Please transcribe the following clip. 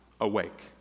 awake